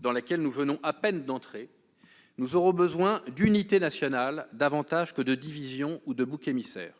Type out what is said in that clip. dans laquelle nous venons à peine d'entrer, nous aurons besoin d'unité nationale davantage que de division ou de boucs émissaires.